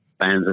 fans